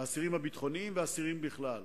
האסירים הביטחוניים ואסירים בכלל.